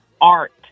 art